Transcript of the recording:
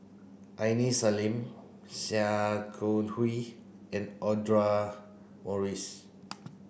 Aini Salim Sia Kah Hui and Audra Morrice